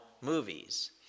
movies